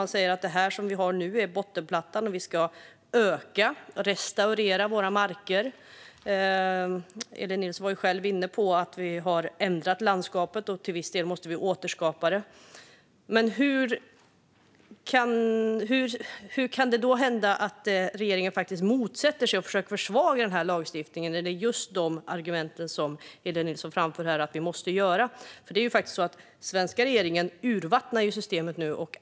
Man säger att det vi har nu är bottenplattan och att vi ska öka restaureringen av våra marker. Elin Nilsson var själv inne på att vi har ändrat landskapet och till viss del måste återskapa det. Hur kan regeringen då motsätta sig den lagstiftningen och försöka försvaga den? Argumenten Elin Nilsson framför här handlar ju om det som vi måste göra. Den svenska regeringen urvattnar nu systemet.